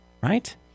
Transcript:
right